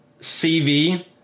CV